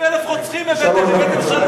40,000 רוצחים הבאתם.